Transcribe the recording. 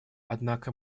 однако